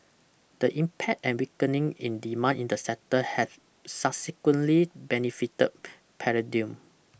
the impact and weakening in demand in that sector has subsequently benefited palladium